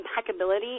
impeccability